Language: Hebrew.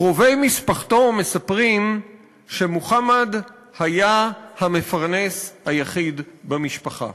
קרובי משפחתו מספרים שמוחמד היה המפרנס היחיד במשפחה.